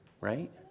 right